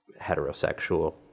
heterosexual